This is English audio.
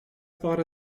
thought